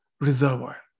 reservoir